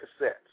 cassettes